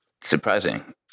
surprising